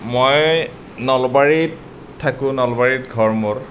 মই নলবাৰীত থাকো নলবাৰীত ঘৰ মোৰ